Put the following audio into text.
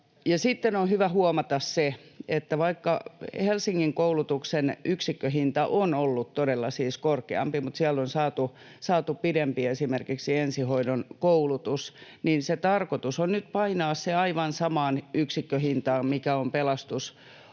sitten on hyvä huomata se, että vaikka Helsingin koulutuksen yksikköhinta on ollut todella siis korkeampi — mutta siellä on saatu esimerkiksi pidempi ensihoidon koulutus — niin tarkoitus on nyt painaa se aivan samaan yksikköhintaan kuin mikä on Pelastusopistolla